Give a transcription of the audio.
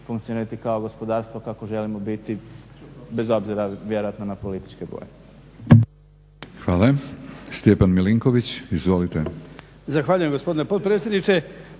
funkcionirati kao gospodarstvo kakvo želimo biti, bez obzira vjerojatno na političke boje.